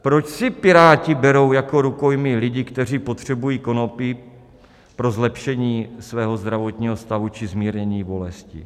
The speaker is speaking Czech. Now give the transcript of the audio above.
Proč si Piráti berou jako rukojmí lidi, kteří potřebují konopí pro zlepšení svého zdravotního stavu či zmírnění bolesti?